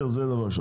זה דבר ראשון.